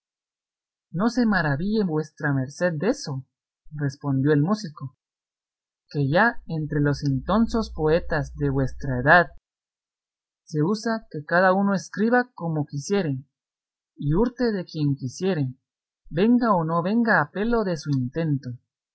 no se maraville vuestra merced deso respondió el músico que ya entre los intonsos poetas de nuestra edad se usa que cada uno escriba como quisiere y hurte de quien quisiere venga o no venga a pelo de su intento